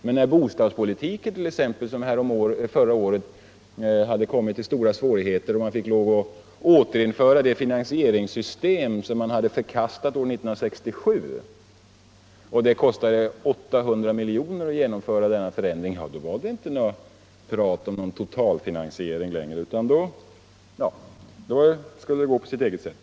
Men då t.ex. bostadspolitiken förra året hade kommit i stora svårigheter, så att man fick lov att återinföra det finansieringssystem som förkastats år 1967 och det kostade 800 miljoner att genomföra förändringen, var det inte tal om någon totalfinansiering längre, utan då skulle det gå på sitt eget sätt.